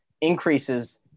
increases